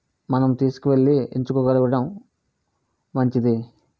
మనం తీసుకువెళ్ళి ఎంచుకోగలగడం మంచిది